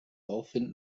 aufwind